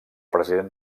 president